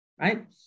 right